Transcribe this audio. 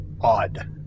odd